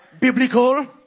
Biblical